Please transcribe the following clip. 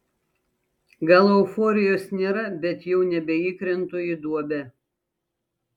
gal euforijos nėra bet jau nebeįkrentu į duobę